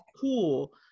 cool